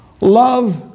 love